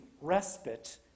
respite